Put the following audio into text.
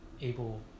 able